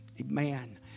amen